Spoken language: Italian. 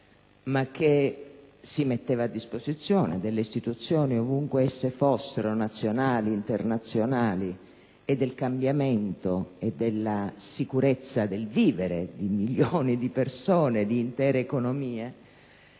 ma che si metteva a disposizione delle istituzioni, ovunque esse fossero, nazionali e internazionali, e del cambiamento e della sicurezza del vivere di milioni di persone, di intere economie.